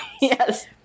yes